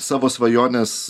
savo svajonės